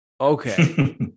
okay